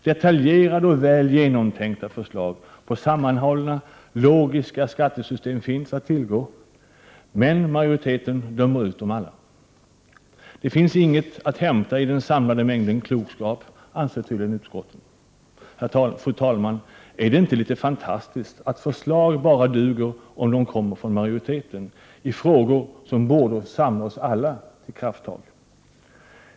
Detaljerade och väl genomtänkta förslag på sammanhållna och logiska skattesystem finns att tillgå. Men majoriteten dömer ut dem alla. Det finns inget att hämta i denna samlade mängd klokskap, anser tydligen utskottsmajoriteten. Fru talman! Är det inte litet fantastiskt att förslag bara duger om de kommer från majoriteten i frågor som borde samla oss till krafttag?